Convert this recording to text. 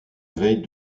veille